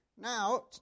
Now